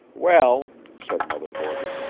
well, said mother borton,